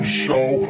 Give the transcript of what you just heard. show